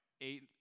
eight